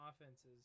offenses